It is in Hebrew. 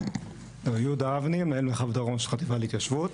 יהודה אבני, מנהל מרחב דרום בחטיבה להתיישבות.